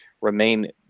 remain